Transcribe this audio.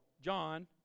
John